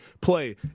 play